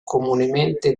comunemente